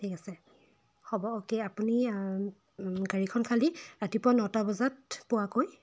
ঠিক আছে হ'ব অ'কে আপুনি গাড়ীখন খালী ৰাতিপুৱা নটা বজাত পোৱাকৈ